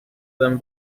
them